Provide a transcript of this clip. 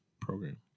program